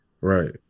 Right